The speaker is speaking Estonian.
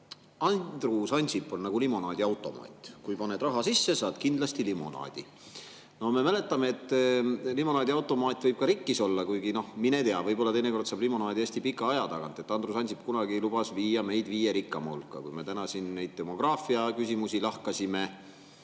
Andrus Ansip on nagu limonaadiautomaat: kui paned raha sisse, saad kindlasti limonaadi. Me mäletame, et limonaadiautomaat võib ka rikkis olla, kuigi mine tea, võib-olla teinekord saab limonaadi hästi pika aja tagant. Andrus Ansip kunagi lubas viia meid viie rikkaima riigi hulka. Kui me täna siin neid demograafiaküsimusi lahkasime,